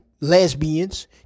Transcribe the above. lesbians